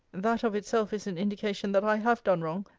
that, of itself, is an indication that i have done wrong,